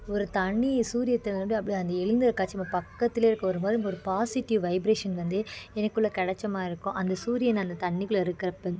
ஒரு தனி சூரியத்த அப்படி அப்படி அந்த எழுந்தருள் காட்சி நம்ம பக்கத்திலே இருக்க ஒருமாதிரி ஒரு பாஸிட்டிவ் வைப்ரேஷன் வந்து எனக்குள்ள கிடச்சமாரி இருக்கும் அந்த சூரியன் அந்த தண்ணிக்குள்ள இருக்கறப்போ